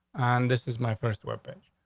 and this is my first webpage.